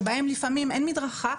שבהן לפעמים אין מדרכה,